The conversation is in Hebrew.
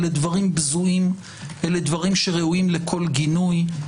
אלה דברים בזויים, ראויים לכל גינוי.